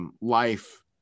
life